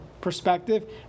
perspective